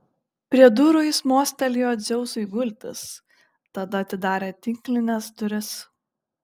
prie durų jis mostelėjo dzeusui gultis tada atidarė tinklines duris